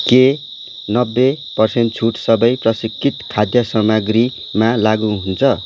के नब्बे पर्सेन्ट छुट सबै प्रसंस्कृत खाद्य सामग्रीमा लागु हुन्छ